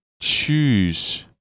choose